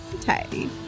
tidy